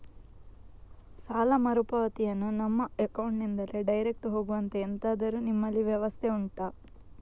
ಸಾಲ ಮರುಪಾವತಿಯನ್ನು ನಮ್ಮ ಅಕೌಂಟ್ ನಿಂದಲೇ ಡೈರೆಕ್ಟ್ ಹೋಗುವಂತೆ ಎಂತಾದರು ನಿಮ್ಮಲ್ಲಿ ವ್ಯವಸ್ಥೆ ಉಂಟಾ